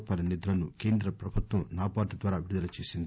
రూపాయల నిధులను కేంద్ర ప్రభుత్వం నాబార్డు ద్వారా విడుదల చేసింది